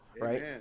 right